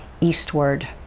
eastward